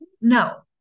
No